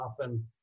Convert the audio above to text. often